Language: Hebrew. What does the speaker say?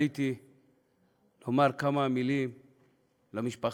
עליתי לומר כמה מילים למשפחה